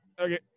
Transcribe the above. Okay